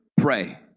Pray